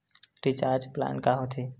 Recharge plan का होथे?